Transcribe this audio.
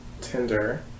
Tinder